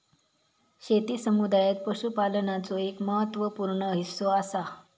शेती समुदायात पशुपालनाचो एक महत्त्व पूर्ण हिस्सो असा